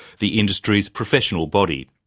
the industry's professional body.